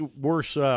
worse –